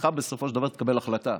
צריכה להתקבל החלטה: